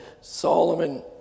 Solomon